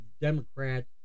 Democrats